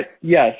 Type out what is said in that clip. yes